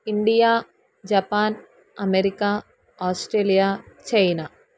India Japan America Australia China